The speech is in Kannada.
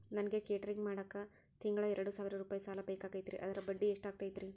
ನನಗ ಕೇಟರಿಂಗ್ ಮಾಡಾಕ್ ತಿಂಗಳಾ ಎರಡು ಸಾವಿರ ರೂಪಾಯಿ ಸಾಲ ಬೇಕಾಗೈತರಿ ಅದರ ಬಡ್ಡಿ ಎಷ್ಟ ಆಗತೈತ್ರಿ?